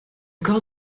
corps